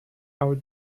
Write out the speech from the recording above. our